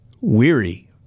weary